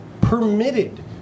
permitted